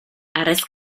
harrez